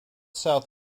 south